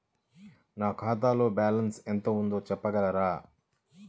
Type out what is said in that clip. నా ఖాతాలో బ్యాలన్స్ ఎంత ఉంది చెప్పగలరా?